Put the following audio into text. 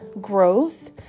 growth